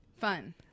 Fun